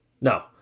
No